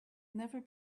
never